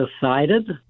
decided